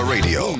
Radio